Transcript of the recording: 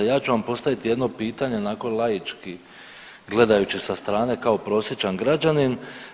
Ja ću vam postaviti jedno pitanje onako laički gledajući sa strane kao prosječan građanin.